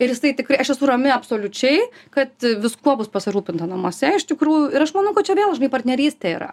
ir jisai tikrai aš esu rami absoliučiai kad viskuo bus pasirūpinta namuose iš tikrųjų ir aš manau kad čia vėl žinai partnerystė yra